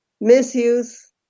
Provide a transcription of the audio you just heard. misuse